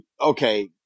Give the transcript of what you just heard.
okay